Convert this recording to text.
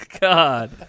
God